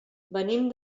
venim